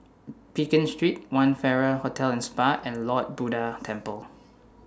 Pekin Street one Farrer Hotel and Spa and Lord Buddha Temple